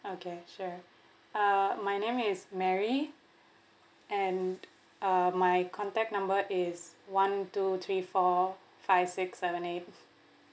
okay sure uh my name is mary and uh my contact number is one two three four five six seven eight